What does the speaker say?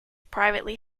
privately